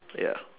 ya